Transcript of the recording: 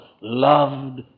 loved